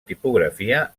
tipografia